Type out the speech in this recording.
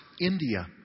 India